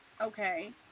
Okay